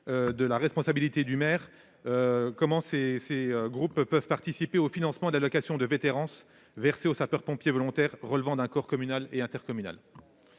dont la responsabilité échoit aux maires, peuvent participer au financement de l'allocation de vétérance versée aux sapeurs-pompiers volontaires relevant d'un corps communal ou intercommunal.